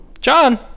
John